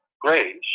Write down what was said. grace